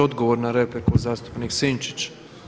Odgovor na repliku zastupnik Sinčić.